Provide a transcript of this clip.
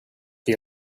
the